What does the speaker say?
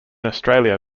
australia